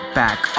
back